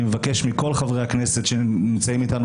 אני מבקש מכל חברי הכנסת שנמצאים איתנו